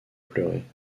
pleurer